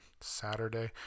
Saturday